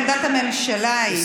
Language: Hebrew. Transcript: עמדת הממשלה היא,